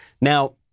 Now